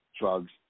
Drugs